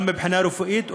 גם מבחינה רפואית,